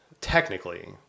technically